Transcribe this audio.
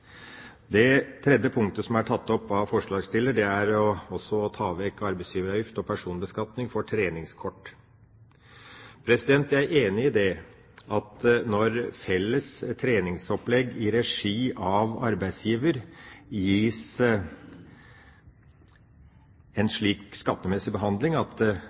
Det tredje punktet som er tatt opp av forslagsstillerne, er å ta vekk arbeidsgiveravgift og personbeskatning for treningskort. Jeg er enig i at når felles treningsopplegg i regi av arbeidsgiver gis en slik skattemessig behandling at